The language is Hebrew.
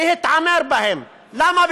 להתעמר בהם, למה?